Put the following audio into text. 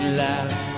laugh